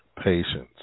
Patience